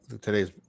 today's